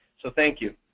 so thank you.